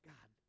God